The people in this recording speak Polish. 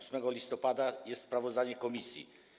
8 listopada jest sprawozdanie komisji.